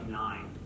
nine